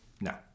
No